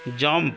jump